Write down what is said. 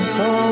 go